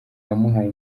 yamuhaye